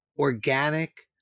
organic